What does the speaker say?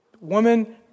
woman